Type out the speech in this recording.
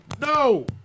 No